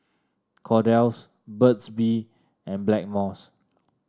Kordel's Burt's Bee and Blackmores